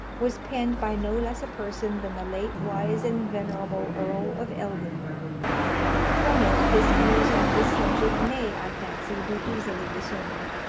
was penned by no less a person than the late wise and venerable earl of eldon from it his views on this subject may, i fancy, be easily discerned.